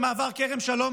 במעבר כרם שלום,